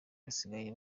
basigaye